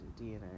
DNA